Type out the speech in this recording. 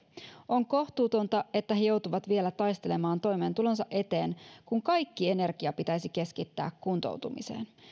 on kohtuutonta että he he joutuvat vielä taistelemaan toimeentulonsa eteen kun kaikki energia pitäisi keskittää kuntoutumiseen